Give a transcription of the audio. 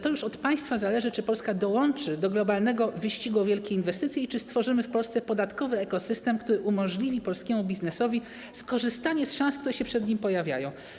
To już od państwa zależy, czy Polska dołączy do globalnego wyścigu o wielkie inwestycje i czy stworzymy w Polsce podatkowy ekosystem, który umożliwi polskiemu biznesowi skorzystanie z szans, które się przed nim pojawiają.